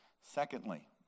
Secondly